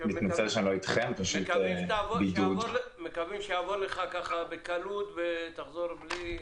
אנחנו מקווים שיעבור לך בקלות ותחזור אלינו בריא.